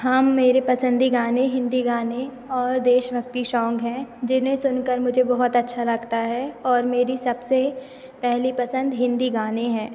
हाँ मेरे पसंदी गाने हिंदी गाने और देशभक्ति शोंग हैं जिन्हें सुनकर मुझे बहुत अच्छा लगता है और मेरी सबसे पहली पसंद हिंदी गाने हैं